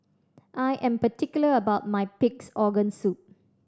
I am particular about my Pig's Organ Soup